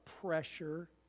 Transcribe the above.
pressure